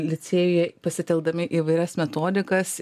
licėjuje pasitelkdami įvairias metodikas